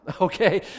okay